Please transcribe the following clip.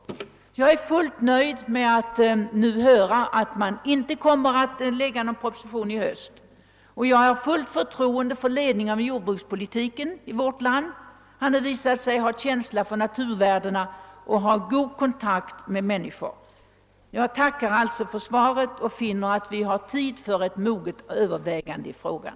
Jag är fullt nöjd med att nu höra att regeringen inte kommer att lägga fram någon proposition i höst. Jag har fullt förtroende för den man som leder jordbrukspolitiken i vårt land. Jordbruksministern har visat sig ha känsla för naturvärdena och god kontakt med människor. Jag tackar för svaret och finner att vi har tid för ett moget övervägande i frågan.